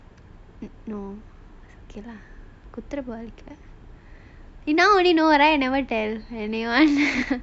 okay lah you now only know right I never tell anyone